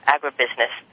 Agribusiness